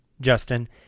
Justin